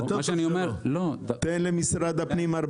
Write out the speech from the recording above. מה שאני אומר --- תן למשרד הפנים 14